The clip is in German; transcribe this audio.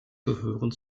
gehören